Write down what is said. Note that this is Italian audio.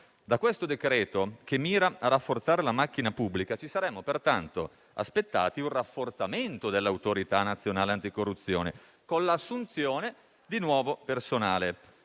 Da questo decreto, che mira a rafforzare la macchina pubblica, ci saremmo, pertanto, aspettati un rafforzamento dell'Autorità nazionale anticorruzione, con l'assunzione di nuovo personale,